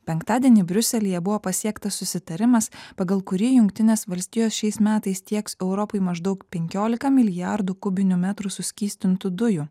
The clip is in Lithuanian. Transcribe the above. penktadienį briuselyje buvo pasiektas susitarimas pagal kurį jungtinės valstijos šiais metais tieks europai maždaug penkiolika milijardų kubinių metrų suskystintų dujų